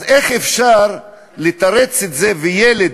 אז איך אפשר לתרץ את זה שלילד,